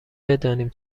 بدانیم